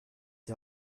die